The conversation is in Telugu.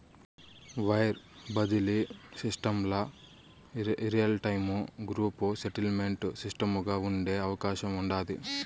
వైర్ బడిలీ సిస్టమ్ల రియల్టైము గ్రూప్ సెటిల్మెంటు సిస్టముగా ఉండే అవకాశం ఉండాది